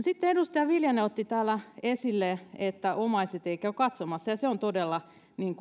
sitten edustaja viljanen otti täällä esille että omaiset eivät käy katsomassa ja se on todella